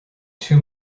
two